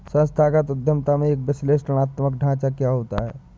संस्थागत उद्यमिता में एक विश्लेषणात्मक ढांचा क्या होता है?